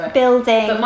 building